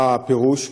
מה פירוש?